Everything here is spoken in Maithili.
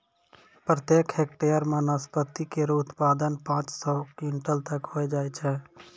प्रत्येक हेक्टेयर म नाशपाती केरो उत्पादन पांच सौ क्विंटल तक होय जाय छै